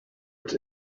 its